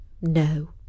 no